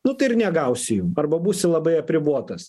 nu tai ir negausi jų arba būsi labai apribotas